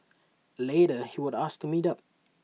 later he would ask to meet up